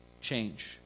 change